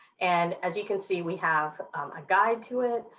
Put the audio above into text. and as you can see we have a guide to it.